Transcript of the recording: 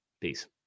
Peace